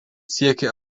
siekia